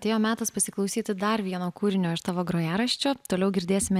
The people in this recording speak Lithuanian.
atėjo metas pasiklausyti dar vieno kūrinio iš tavo grojaraščio toliau girdėsime